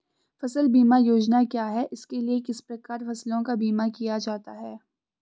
फ़सल बीमा योजना क्या है इसके लिए किस प्रकार फसलों का बीमा किया जाता है?